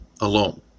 alone